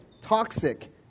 toxic